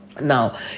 now